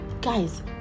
Guys